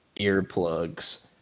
earplugs